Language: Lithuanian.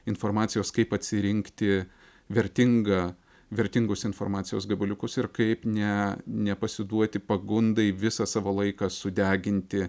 informacijos kaip atsirinkti vertingą vertingus informacijos gabaliukus ir kaip ne nepasiduoti pagundai visą savo laiką sudeginti